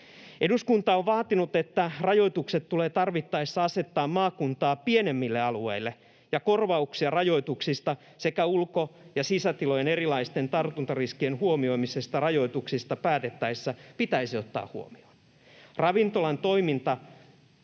Eduskunta on vaatinut, että rajoitukset tulee tarvittaessa asettaa maakuntaa pienemmille alueille ja korvaukset rajoituksista sekä ulko- ja sisätilojen erilaisten tartuntariskien huomioimisesta rajoituksista päätettäessä pitäisi ottaa huomioon.